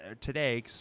today